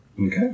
okay